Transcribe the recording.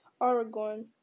aragorn